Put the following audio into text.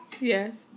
Yes